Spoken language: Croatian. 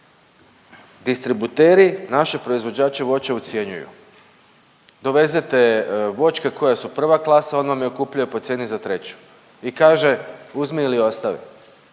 Distributeri naše proizvođače voća ucjenjuju, dovezete voćke koje su prva klasa, oni vam otkupljuje po cijeni za treću i kaže uzmi ili ostavi,